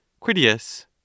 Critias